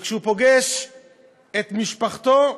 וכשהוא פוגש את משפחתו,